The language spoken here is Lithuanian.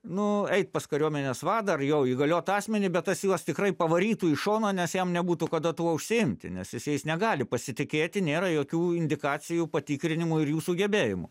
nu eit pas kariuomenės vadą ar jo įgaliotą asmenį bet tas juos tikrai pavarytų į šoną nes jam nebūtų kada tuo užsiimti nes jis jais negali pasitikėti nėra jokių indikacijų patikrinimų ir jų sugebėjimų